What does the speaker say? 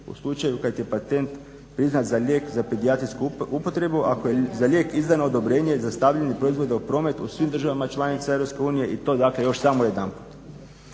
u slučaju kad je patent priznat za lijek za pedijatrijsku upotrebu, ako je za lijek izdano odobrenje za stavljanje proizvoda u promet u svim državama članicama Europske unije i to dakle još samo jedanput.